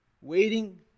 Waiting